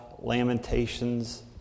Lamentations